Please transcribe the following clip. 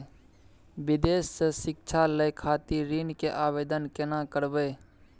विदेश से शिक्षा लय खातिर ऋण के आवदेन केना करबे?